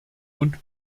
und